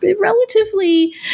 relatively